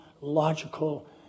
logical